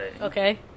Okay